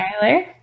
Tyler